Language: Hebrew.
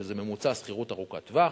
שזה ממוצע שכירות ארוכת טווח,